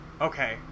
Okay